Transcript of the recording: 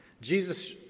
Jesus